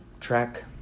track